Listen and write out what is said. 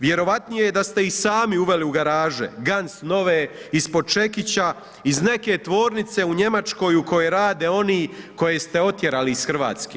Vjerojatnije je da ste ih sami uveli u garaže, ganc nove, ispod čekića iz neke tvornice u Njemačkoj u kojoj rade oni koje ste otjerali iz Hrvatske.